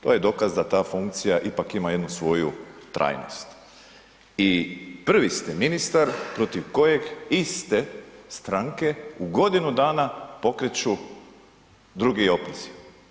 To je dokaz da ta funkcija ipak ima jednu svoju trajnost i prvi ste ministar protiv kojeg iste stranke u godinu dana pokreću drugi opoziv.